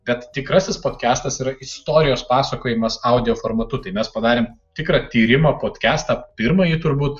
bet tikrasis podkestas yra istorijos pasakojimas audio formatu tai mes padarėm tikrą tyrimą podkestą pirmąjį turbūt